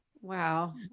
Wow